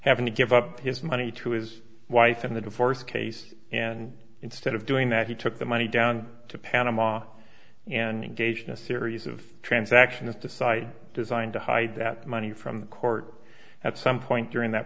having to give up his money to his wife in the divorce case and instead of doing that he took the money down to panama and engaged in a series of transactions at the site designed to hide that money from the court at some point during that